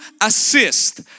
assist